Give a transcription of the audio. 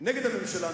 נגד הממשלה,